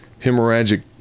hemorrhagic